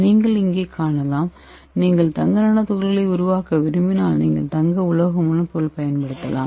நீங்கள் இங்கே காணலாம் நீங்கள் தங்க நானோ துகள்களை உருவாக்க விரும்பினால் நீங்கள் தங்க உலோக முன்பொருளை பயன்படுத்தலாம்